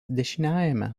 dešiniajame